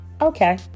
Okay